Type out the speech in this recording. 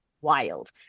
wild